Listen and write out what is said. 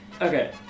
Okay